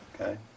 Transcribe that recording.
Okay